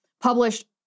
published